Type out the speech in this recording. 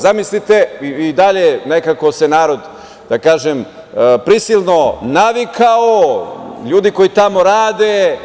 Zamislite, i dalje se narod, da kažem, prisilno navikao, ljudi koji tamo rade.